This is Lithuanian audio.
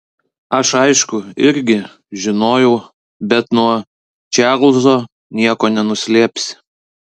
aš aišku irgi žinojau bet nuo čarlzo nieko nenuslėpsi